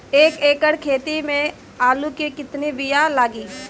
एक एकड़ खेती में आलू के कितनी विया लागी?